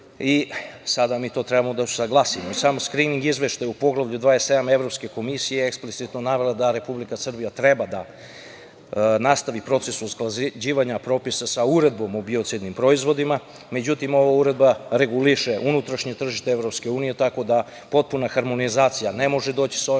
i sada mi to treba da usaglasimo i sam skrining izveštaj u Poglavlju 27 Evropske komisije eksplicitno navodi da Republika Srbija treba da nastavi proces usklađivanja propisa sa Uredbom o biocidnim proizvodima, međutim ova uredba reguliše unutrašnje tržište Evropske unije, tako da potpuna harmonizacija ne može doći sa ovim